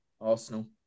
Arsenal